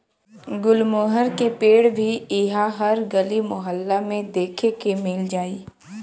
गुलमोहर के पेड़ भी इहा हर गली मोहल्ला में देखे के मिल जाई